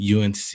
UNC